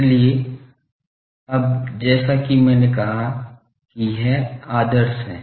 इसलिए अब जैसा कि मैंने कहा कि यह आदर्श है